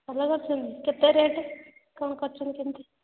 ଭଲ କରୁଛନ୍ତି କେତେ ରେଟ୍ କ'ଣ କରୁଛନ୍ତି କେମିତି